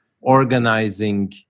organizing